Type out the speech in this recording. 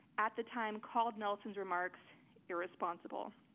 at the time called nelson's remarks irresponsible.